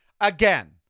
Again